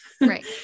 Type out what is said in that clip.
right